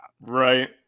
Right